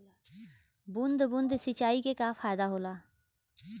बूंद बूंद सिंचाई से का फायदा होला?